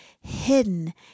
hidden